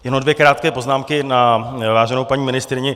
Jenom dvě krátké poznámky na váženou paní ministryni.